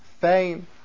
fame